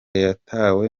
yatawe